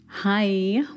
Hi